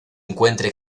encuentre